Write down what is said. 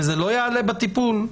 וזה לא יעלה בטיפול?